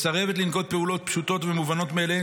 ומסרבת לנקוט פעולות פשוטות ומובנות מאליהן